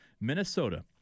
Minnesota